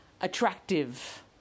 attractive